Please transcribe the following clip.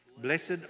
Blessed